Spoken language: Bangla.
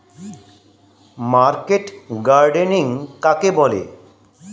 মার্কেট গার্ডেনিং কাকে বলে?